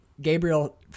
Gabriel